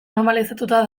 normalizatuta